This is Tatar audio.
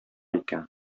икән